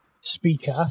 speaker